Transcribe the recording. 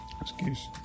Excuse